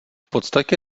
podstatě